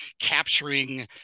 capturing